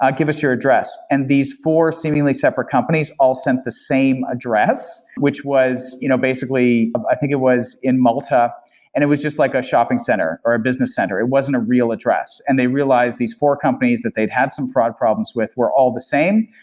ah give us your address, and these four seemingly separate companies all sent the same address, which was you know basically i think it was in malta and it was just like a shopping center or a business center. it wasn't a real address, and they realize these four companies that they'd have some fraud problems with were all the same,